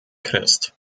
christ